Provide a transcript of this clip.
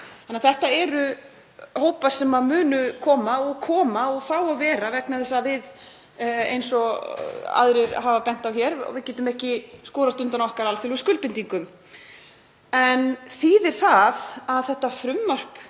Þetta eru hópar sem munu koma og fá að vera vegna þess að við, eins og aðrir hafa bent á hér, getum ekki skorast undan okkar alþjóðlegu skuldbindingum. En þýðir það að þetta frumvarp